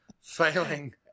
failing